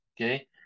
okay